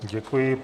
Děkuji.